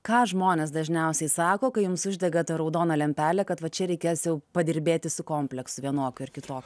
ką žmonės dažniausiai sako kai jums uždega tą raudoną lempelę kad va čia reikės jau padirbėti su komplektu vienokiu ar kitokiu